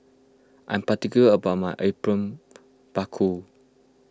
I'm particular about my Apom Berkuah